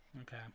Okay